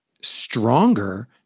stronger